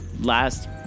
last